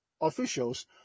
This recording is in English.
officials